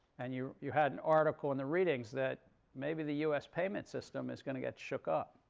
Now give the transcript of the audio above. and you you had an article in the readings that maybe the us payment system is going to get shook up.